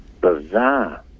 bizarre